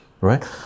right